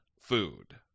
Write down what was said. food